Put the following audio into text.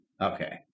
Okay